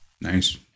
nice